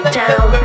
down